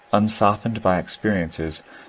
unsoftened by experiences,